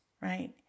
right